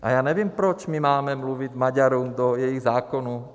A já nevím proč my máme mluvit Maďarům do jejich zákonů.